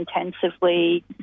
intensively